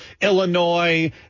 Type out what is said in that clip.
Illinois